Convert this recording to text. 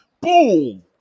boom